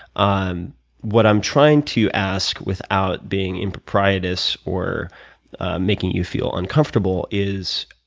um what i'm trying to ask without being improprietous or making you feel uncomfortable is,